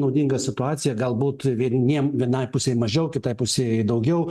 naudinga situacija galbūt vieniem vienai pusei mažiau kitai pusei daugiau